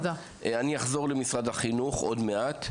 אני אחזור למשרד החינוך עוד מעט.